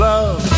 Love